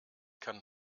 kann